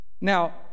now